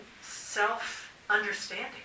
self-understanding